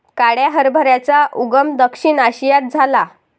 काळ्या हरभऱ्याचा उगम दक्षिण आशियात झाला